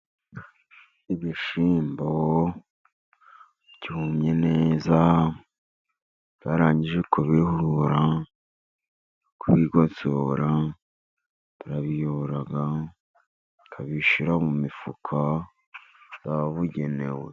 Ibishyimbo byumye neza barangije kubihura, kubigosora barabiyobora, bakabishyira mu mifuka yabugenewe.